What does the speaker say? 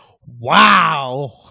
Wow